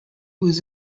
was